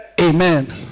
Amen